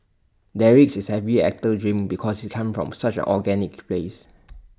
Derek is every actor's dream because he comes from such organic place